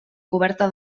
coberta